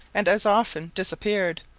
and as often disappeared,